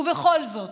ובכל זאת,